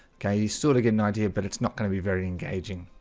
okay, you sort of get an idea, but it's not going to be very engaging